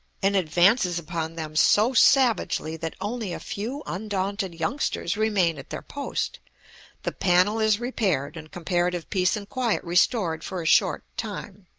and advances upon them so savagely, that only a few undaunted youngsters remain at their post the panel is repaired, and comparative peace and quiet restored for short time.